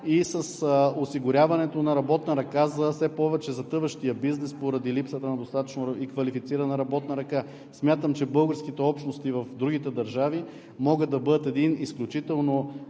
и с осигуряването на работна ръка за все повече затъващия бизнес поради липсата на достатъчно и квалифицирана работна ръка. Смятам, че българските общности в другите държави могат да бъдат един изключително